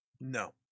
no